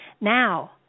Now